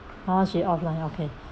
oh she offline okay